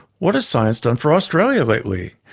what has science done for australia lately,